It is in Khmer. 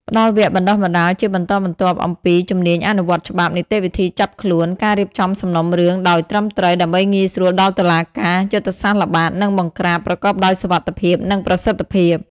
ផ្តល់វគ្គបណ្តុះបណ្តាលជាបន្តបន្ទាប់អំពី ជំនាញអនុវត្តច្បាប់ នីតិវិធីចាប់ខ្លួន ការរៀបចំសំណុំរឿងដោយត្រឹមត្រូវដើម្បីងាយស្រួលដល់តុលាការ យុទ្ធសាស្ត្រល្បាត និងបង្ក្រាប ប្រកបដោយសុវត្ថិភាព និងប្រសិទ្ធភាព។